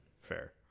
fair